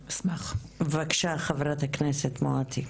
בבקשה, חברת הכנסת מואטי.